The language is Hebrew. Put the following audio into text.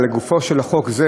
אלא לגופו של החוק הזה.